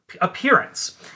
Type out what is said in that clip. appearance